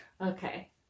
Okay